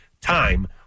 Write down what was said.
time